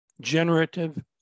generative